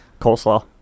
coleslaw